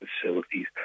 facilities